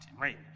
right